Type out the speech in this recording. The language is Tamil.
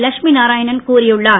லட்சுமி நாராயணன் கூறியுள்ளார்